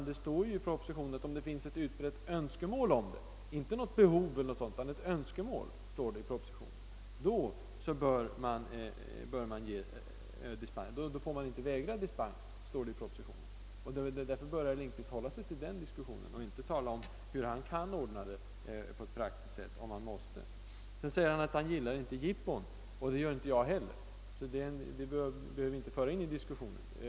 Del står 1 propositionen att om det finns ett utbrett önskemål -— inte något behov eHer någonling sådant — om öppeihållande under söndagar, får dispens inte vägras. Herr Lindkvist bör därför halla sig till den frågan och inte tala om hur han kan ordna sina inköp på ett praktiskt sätt. Herr Lindkvist säger att han inte giller jippon. Det gör inte jag heller, och vi behöver därför inte föra dem i diskussionen.